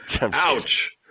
Ouch